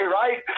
right